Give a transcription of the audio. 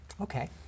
Okay